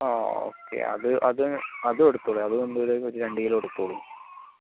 ആ ഒക്കെ ആ അത് അത് അതും എടുത്തോളൂ രണ്ടു കിലോ എടുത്തോളൂ